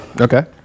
Okay